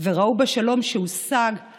וראו בשלום שהושג את